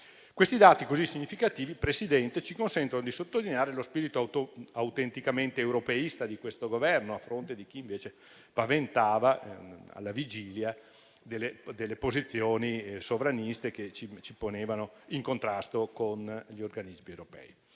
Questi dati così significativi ci consentono di sottolineare lo spirito autenticamente europeista di questo Governo, a fronte di chi invece alla vigilia paventava delle posizioni sovraniste che ci avrebbero posto in contrasto con gli organismi europei.